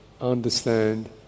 understand